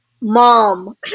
Mom